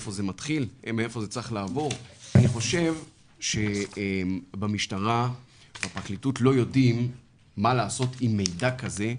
אני חושב שהמשטרה והפרקליטות לא יודעים מה לעשות עם מידע כזה,